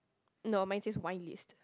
no mine says wine list